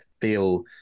feel